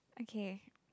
okay